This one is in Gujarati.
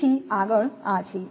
તેથી આગળ આ છે